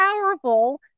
powerful